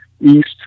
east